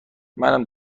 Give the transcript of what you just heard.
منم